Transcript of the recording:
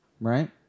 Right